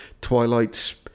Twilight's